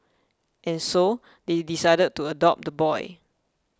and so they decided to adopt the boy